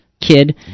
kid